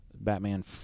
Batman